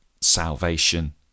salvation